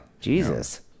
Jesus